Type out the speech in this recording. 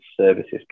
services